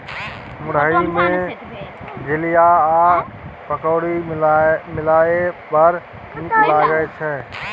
मुरही मे झिलिया आ पकौड़ी मिलाकए बड़ नीक लागय छै